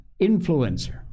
influencer